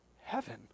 heaven